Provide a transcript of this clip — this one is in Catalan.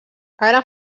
ara